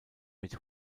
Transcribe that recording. mit